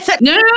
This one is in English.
no